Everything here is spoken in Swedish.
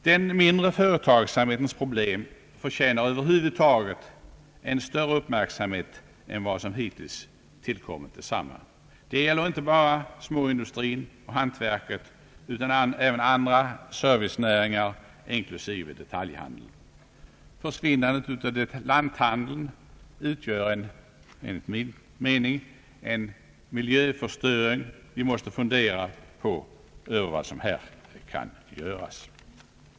Den mindre företagsamhetens problem = förtjänar över huvud taget en större uppmärksamhet än vad som hittills visats. Det gäller inte bara småindustrin och hantverket utan också andra servicenäringar inklusive detaljhandeln. Försvinnandet av lanthandeln utgör enligt min mening en miljöförstöring. Vi måste fundera på vad som här kan göras.